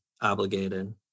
obligated